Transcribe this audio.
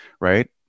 right